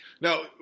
Now